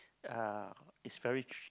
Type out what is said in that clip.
uh it's very